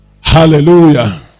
Hallelujah